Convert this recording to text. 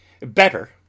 Better